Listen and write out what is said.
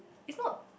is not